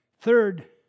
Third